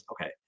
okay